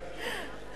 כן, כן.